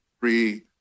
free